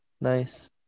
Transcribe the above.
Nice